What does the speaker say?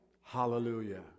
Hallelujah